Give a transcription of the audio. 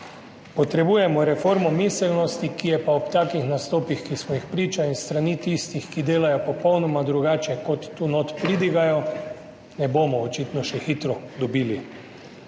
Potrebujemo reformo miselnosti, ki pa je ob takih nastopih, ki smo jim priča, in s strani tistih, ki delajo popolnoma drugače, kot tu notri pridigajo, očitno še hitro ne